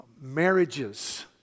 marriages